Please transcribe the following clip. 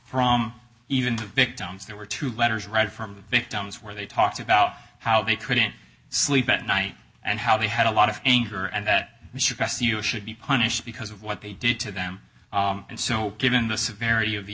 from even the victims there were two letters read from the victims where they talked about how they couldn't sleep at night and how they had a lot of anger and that you should press you should be punished because of what they did to them and so given the severity of the